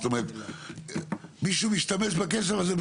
זאת אומרת מישהו משתמש בכסף הזה,